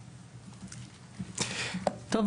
טוב,